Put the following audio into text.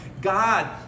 God